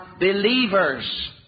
believers